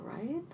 right